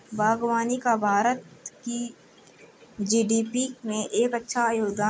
बागवानी का भारत की जी.डी.पी में एक अच्छा योगदान है